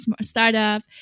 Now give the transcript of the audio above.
startup